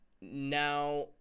Now